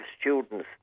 students